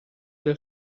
del